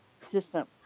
system